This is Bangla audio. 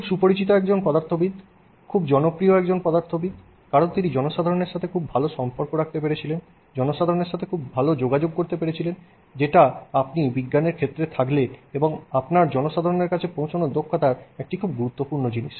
খুব সুপরিচিত একজন পদার্থবিদ খুব জনপ্রিয় একজন পদার্থবিদ কারণ তিনি জনসাধারণের সাথে খুব ভাল সম্পর্ক রাখতে পেরেছিলেন জনসাধারণের সাথে খুব ভাল যোগাযোগ করতে পেরেছিলেন যেটা আপনি বিজ্ঞানের ক্ষেত্রে থাকলে এবং আপনার জনসাধারণের কাছে পৌঁছানোর দক্ষতার একটি খুব গুরুত্বপূর্ণ জিনিস